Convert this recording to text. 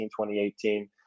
2018